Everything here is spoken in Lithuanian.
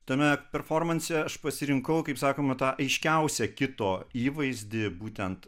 tame performanse aš pasirinkau kaip sakoma tą aiškiausią kito įvaizdį būtent